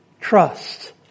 trust